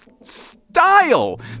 style